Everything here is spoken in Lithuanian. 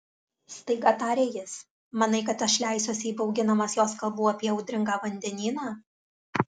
staiga tarė jis manai kad aš leisiuosi įbauginamas jos kalbų apie audringą vandenyną